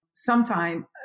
Sometime